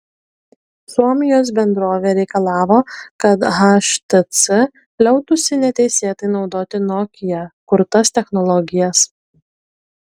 suomijos bendrovė reikalavo kad htc liautųsi neteisėtai naudoti nokia kurtas technologijas